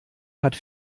hat